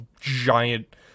giant